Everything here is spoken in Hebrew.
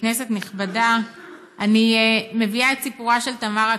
כנסת נכבדה, אני מביאה את סיפורה של תמרה קלינגון,